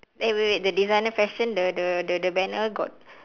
eh wait wait wait the designer fashion the the the banner got